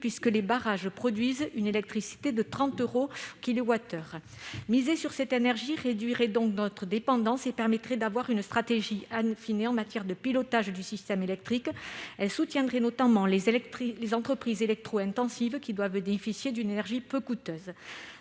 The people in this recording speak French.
puisque les barrages produisent une électricité à 30 euros par kilowattheure. Miser sur cette énergie réduirait donc notre dépendance et permettrait d'avoir une stratégie affinée en matière de pilotage du système électrique. Elle soutiendrait notamment les entreprises électro-intensives, qui doivent bénéficier d'une énergie peu coûteuse.